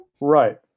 Right